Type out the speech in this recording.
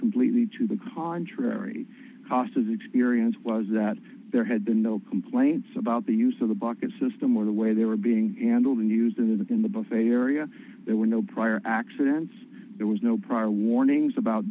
completely to the contrary cost of experience was that there had been no complaints about the use of the bucket system or the way they were being handled and used in that in the buffet area there were no prior accidents there was no prior warnings about